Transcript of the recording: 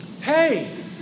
hey